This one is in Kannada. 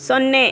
ಸೊನ್ನೆ